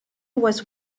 was